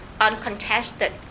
uncontested